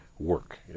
work